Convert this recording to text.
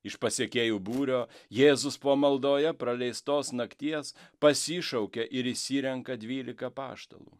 iš pasekėjų būrio jėzus po maldoje praleistos nakties pasišaukia ir išsirenka dvylika apaštalų